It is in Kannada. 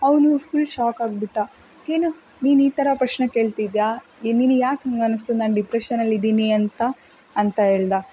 ಅವನು ಫುಲ್ ಶಾಕ್ ಆಗಿಬಿಟ್ಟ ಏನು ನೀನು ಈ ಥರ ಪ್ರಶ್ನೆ ಕೇಳ್ತಿದ್ಯಾ ನಿನಗೆ ಯಾಕೆ ಹಾಗಂಸ್ತು ನಾನು ಡಿಪ್ರೆಷನ್ನಲ್ಲಿ ಇದ್ದೀನಿ ಅಂತ ಅಂತ ಹೇಳ್ದ